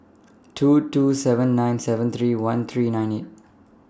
two two seven nine seven three one three nine eight